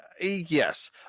Yes